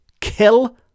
kill